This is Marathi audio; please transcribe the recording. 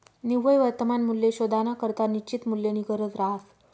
निव्वय वर्तमान मूल्य शोधानाकरता निश्चित मूल्यनी गरज रहास